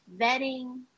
vetting